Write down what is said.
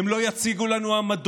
הם לא יציגו לנו עמדות,